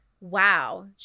wow